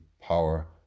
power